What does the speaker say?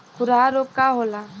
खुरहा रोग का होला?